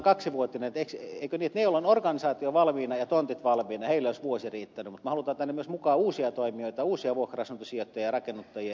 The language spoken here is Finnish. eikö niin että niille joilla on organisaatio valmiina ja tontit valmiina olisi vuosi riittänyt mutta me haluamme tänne myös mukaan uusia toimijoita uusia vuokra asuntosijoittajia ja rakennuttajia